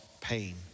pain